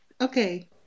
Okay